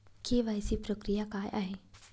KYC प्रक्रिया काय आहे?